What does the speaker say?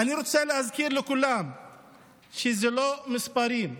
אני רוצה להזכיר לכולם שאלה לא מספרים.